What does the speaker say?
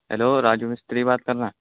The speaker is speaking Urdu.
ہلو راجو مستری بات کر رہے ہیں